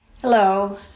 Hello